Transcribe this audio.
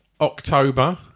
October